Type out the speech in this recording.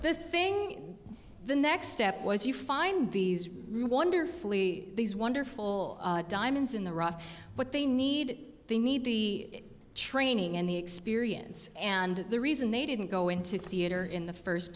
the thing the next step was you find these wonderfully these wonderful diamonds in the rough but they need they need the training and the experience and the reason they didn't go into theater in the first